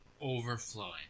overflowing